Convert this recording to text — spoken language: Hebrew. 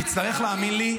תצטרך להאמין לי,